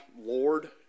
Lord